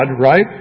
Right